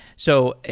so,